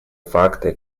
факты